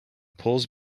pulls